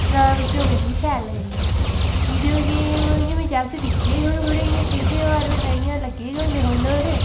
ते न मिगी ओह् इन्नी शैल लगदियां वीडियो गेम इ'यां मैं जागत दिक्खे दे थोह्ड़े थोह्ड़े खेढदे ओह् हर बेल्लै इयां लग्गे दे गै होंदे फोन पर